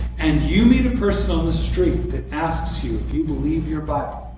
and you meet a person on the street, that asks you if you believe your bible,